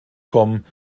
kommen